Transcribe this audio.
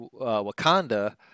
Wakanda